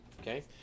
Okay